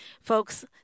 Folks